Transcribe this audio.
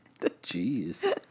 Jeez